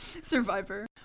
survivor